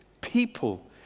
people